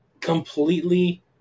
Completely